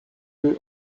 deux